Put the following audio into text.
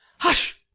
hush!